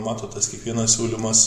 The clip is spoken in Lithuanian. matot tas kiekvienas siūlymas